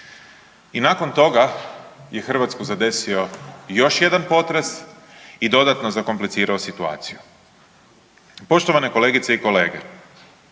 i nakon toga je Hrvatsku zadesio još jedan potres i dodatno zakomplicirao situaciju. Poštovane kolegice i kolege,